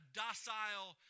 docile